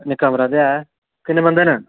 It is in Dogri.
निक्का बद्रर ऐ किन्ने बंदे न